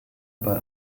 bei